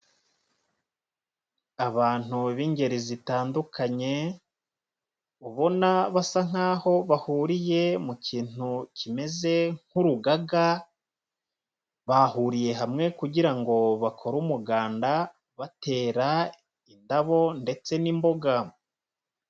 Abantu b'ingeri zitandukanye ubona basa nk'aho bahuriye mu kintu kimeze nk'urugaga, bahuriye hamwe kugira ngo bakore umuganda batera indabo ndetse n'imboga.